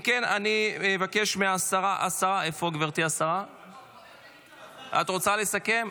אם כן, אני אבקש מהשרה, את רוצה לסכם?